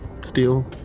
steel